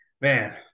man